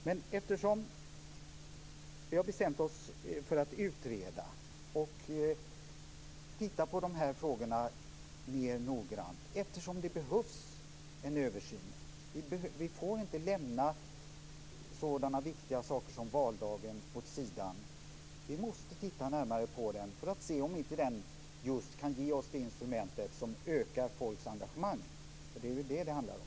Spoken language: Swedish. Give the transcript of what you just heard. Men vi har bestämt oss för att utreda och titta på de här frågorna mer noggrant eftersom det behövs en översyn. Vi får inte lämna sådana viktiga saker som valdagen åt sidan. Vi måste titta närmare på detta för att se om inte det kan ge oss just det instrument som ökar folks engagemang. Det är väl detta det handlar om?